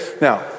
Now